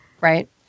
Right